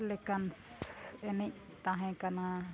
ᱞᱮᱠᱟᱱ ᱮᱱᱮᱡ ᱛᱟᱦᱮᱸ ᱠᱟᱱᱟ